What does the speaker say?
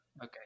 Okay